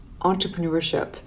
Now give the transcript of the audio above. entrepreneurship